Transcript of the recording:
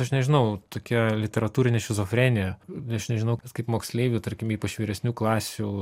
aš nežinau tokia literatūrinė šizofrenija aš nežinau kas kaip moksleiviui tarkim ypač vyresnių klasių